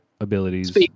abilities